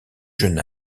jeune